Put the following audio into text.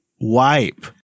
Wipe